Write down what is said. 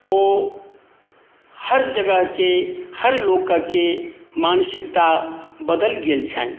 ओ हर जगहके हर लोकके मानसिकता बदलि गेल छनि